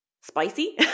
spicy